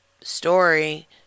story